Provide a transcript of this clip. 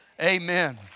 Amen